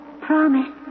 Promise